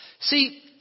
See